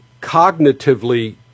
cognitively